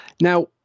Now